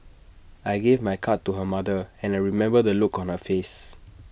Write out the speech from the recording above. I gave my card to her mother and I remember the look on her face